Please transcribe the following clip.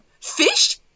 fish